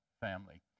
family